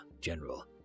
General